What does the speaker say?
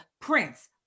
Prince